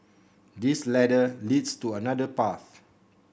this ladder leads to another path